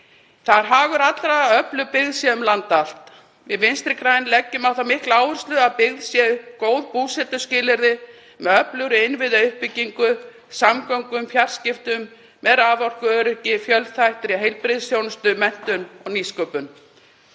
er hagur allra að öflug byggð sé um land allt. Við Vinstri græn leggjum á það mikla áherslu að byggð séu upp góð búsetuskilyrði með öflugri innviðauppbyggingu í samgöngum, fjarskiptum, með raforkuöryggi, fjölþættri heilbrigðisþjónustu, menntun og nýsköpun.